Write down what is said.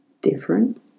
different